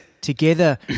Together